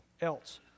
else